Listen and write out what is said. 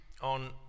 on